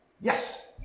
Yes